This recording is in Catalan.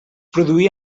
produí